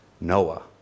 Noah